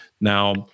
Now